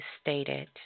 stated